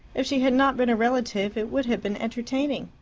if she had not been a relative, it would have been entertaining.